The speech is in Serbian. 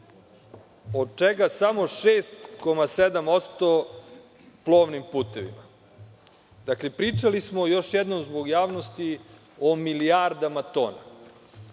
od čega samo 6,7% plovnim putevima. Dakle, pričali smo, još jednom zbog javnosti, o milijardama tona.